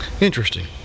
Interesting